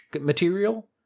material